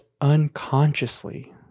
unconsciously